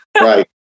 Right